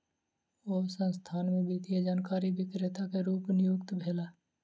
ओ संस्थान में वित्तीय जानकारी विक्रेता के रूप नियुक्त भेला